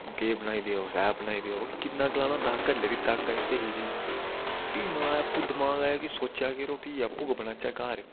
केह् बनाई देओ सेह् बनाई देओ किन्ना गलाना होंदा हा घरै आह्ले बी तंग आई जंदे हे भी आपूं दमाग आया सोचेआ कि यरो आपूं गै बनाचै घर